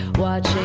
watching.